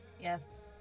Yes